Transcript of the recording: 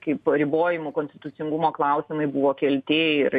kaip ribojimų konstitucingumo klausimai buvo kelti ir